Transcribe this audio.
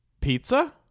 Pizza